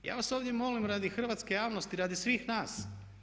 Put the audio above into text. Ja vas ovdje molim radi hrvatske javnosti, radi svih nas.